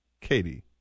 Katie